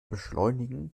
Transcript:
beschleunigen